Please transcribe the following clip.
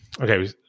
Okay